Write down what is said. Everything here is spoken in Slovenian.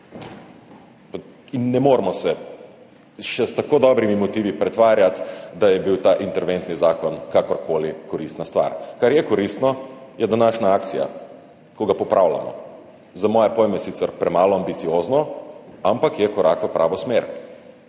Ne moremo se s še tako dobrimi motivi pretvarjati, da je bil ta interventni zakon kakorkoli koristna stvar. Kar je koristno, je današnja akcija, ko ga popravljamo. Za moje pojme sicer premalo ambiciozno, ampak je korak v pravo smer,